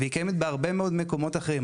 והיא קיימת גם בהרבה מאוד מקומות אחרים.